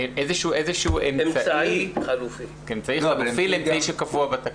איזשהו אמצעי חלופי לסעיף שקבוע בתקנות.